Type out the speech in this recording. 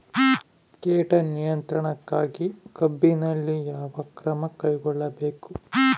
ಕೇಟ ನಿಯಂತ್ರಣಕ್ಕಾಗಿ ಕಬ್ಬಿನಲ್ಲಿ ಯಾವ ಕ್ರಮ ಕೈಗೊಳ್ಳಬೇಕು?